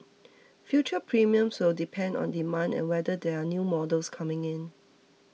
future premiums will depend on demand and whether there are new models coming in